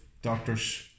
Doctors